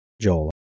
Joel